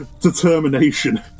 determination